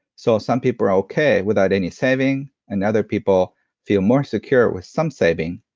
so, some people are okay without any saving and other people feel more secure with some saving.